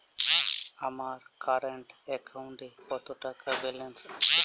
আমার কারেন্ট অ্যাকাউন্টে কত টাকা ব্যালেন্স আছে?